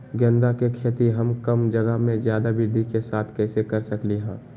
गेंदा के खेती हम कम जगह में ज्यादा वृद्धि के साथ कैसे कर सकली ह?